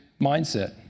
mindset